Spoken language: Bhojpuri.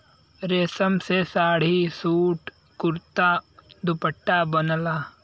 रेशम से साड़ी, सूट, कुरता, दुपट्टा बनला